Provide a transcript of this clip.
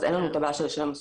אז אין לנו בעיה את המשכורות,